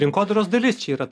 rinkodaros dalis čia yra ta